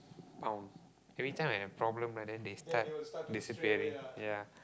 oh every time I have problem right then they start disappearing ya